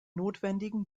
notwendigen